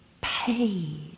paid